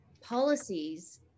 policies